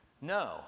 No